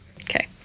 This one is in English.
Okay